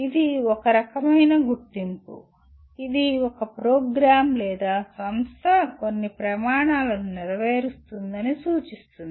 ఇది ఒక రకమైన గుర్తింపు ఇది ఒక ప్రోగ్రామ్ లేదా సంస్థ కొన్ని ప్రమాణాలను నెరవేరుస్తుందని సూచిస్తుంది